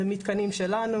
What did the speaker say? למתקנים שלנו.